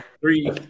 three